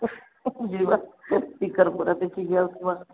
ଯିବା ଟିକରପଡ଼ା ଦେଖିକି ଆସିବା